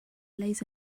lays